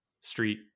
street